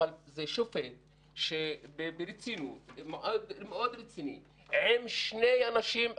אבל זה שופט מאוד רציני עם שני אנשים,